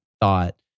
thought